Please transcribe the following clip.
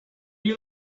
you